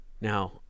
Now